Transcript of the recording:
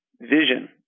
vision